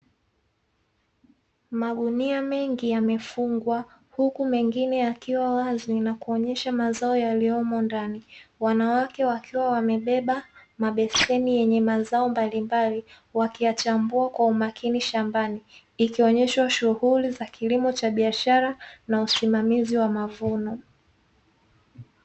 Magunia mengi yamefungwa na mengine yakiwa wazi yakionyesha mazao yaliyomo ndani. Wanawake wakiwa wamebeba mabeseni yenye mazao mbalimbali, wakiyachambua kwa umakini shambani, ikionyeshwa shughuli za kilimo cha biashara na usimamizi wa mavuno.